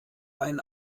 ein